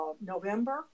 November